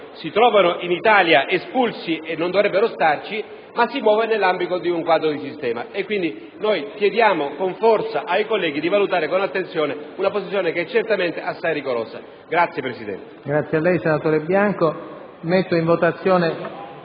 si trovano in Italia espulsi e non dovrebbero starci, ma si muove nell'ambito di un quadro di sistema. Quindi noi chiediamo con forza ai colleghi di valutare con attenzione una posizione che certamente è assai rigorosa. [LI